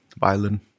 violin